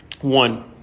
one